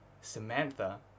Samantha